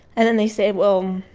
and then they say, well,